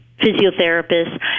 physiotherapists